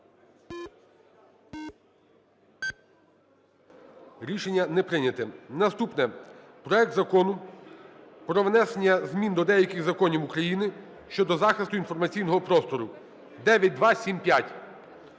Рішення не прийнято. Наступне. Проект Закону про внесення змін до деяких законів України щодо захисту інформаційного простору (9275).